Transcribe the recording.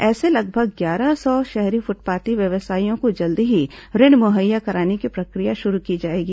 ऐसे लगभग ग्यारह सौ शहरी फुटपाथी व्यवसायियों को जल्द ही ऋण मुहैया कराने की प्रक्रिया शुरू की जाएगी